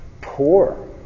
poor